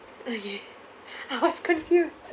okay I was confused